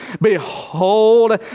Behold